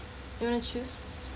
you want to choose